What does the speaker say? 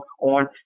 on